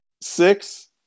Six